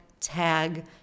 tag